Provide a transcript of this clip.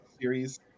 series